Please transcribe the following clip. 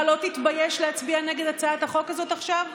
אתה לא תתבייש להצביע נגד הצעת החוק הזאת עכשיו?